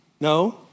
No